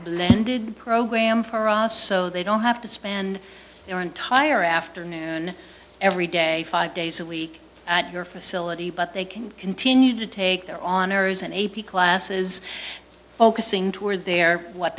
blended program for us so they don't have to spend your entire afternoon every day five days a week at your facility but they can continue to take their on ers and a p classes focusing too or they're what